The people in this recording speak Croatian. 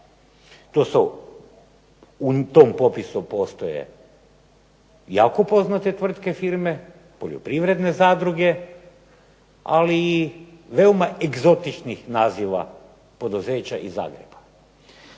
To su, u tom popisu postoje jako poznate tvrtke, firme, poljoprivredne zadruge, ali i veoma egzotičnih naziva poduzeća iz Zagreba.